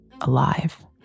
alive